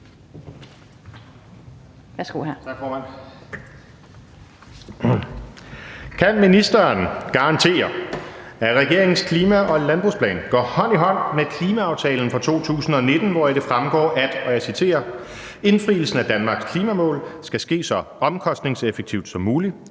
Kan ministeren garantere, at regeringens klima-/landbrugsplan går hånd i hånd med klimaaftalen fra 2019, hvoraf det fremgår, at »indfrielsen af Danmarks klimamål skal ske så omkostningseffektivt som muligt,